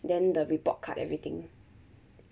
then the report card everything